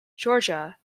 georgia